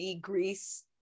Grease